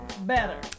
better